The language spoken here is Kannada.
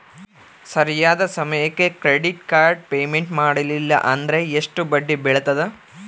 ಸರಿಯಾದ ಸಮಯಕ್ಕೆ ಕ್ರೆಡಿಟ್ ಕಾರ್ಡ್ ಪೇಮೆಂಟ್ ಮಾಡಲಿಲ್ಲ ಅಂದ್ರೆ ಎಷ್ಟು ಬಡ್ಡಿ ಬೇಳ್ತದ?